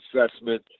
assessment